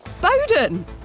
Bowden